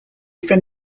from